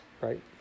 right